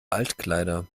altkleider